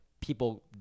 people